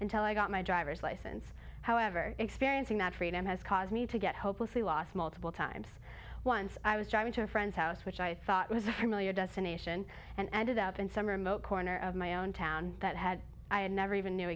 until i got my driver's license however experiencing that freedom has caused me to get hopelessly lost multiple times once i was driving to a friend's house which i thought was really a destination and ended up in some remote corner of my own town that had never even knew